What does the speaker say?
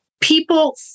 people